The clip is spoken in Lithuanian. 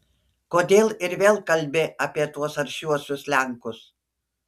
kodėl ir vėl kalbi apie tuos aršiuosius lenkus